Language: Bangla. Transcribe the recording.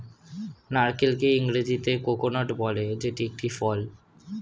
নারকেলকে ইংরেজিতে কোকোনাট বলে যেটি একটি ফল